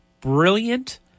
brilliant